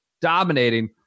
dominating